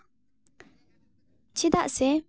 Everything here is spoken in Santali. ᱪᱮᱫᱟᱜ ᱥᱮ